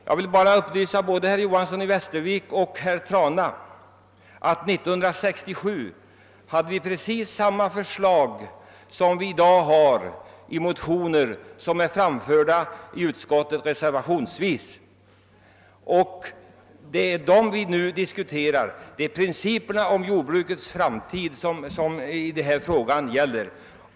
Jag vill bara upplysa herr Johanson i Västervik och herr Trana om att det 1967 förelåg precis samma förslag som de som i dag återfinns i motioner och som reservationsvis framförts i utskottet. Det är de förslagen vi nu diskuterar; det är principerna om jordbrukets framtid det här gäller.